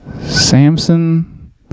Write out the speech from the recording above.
Samson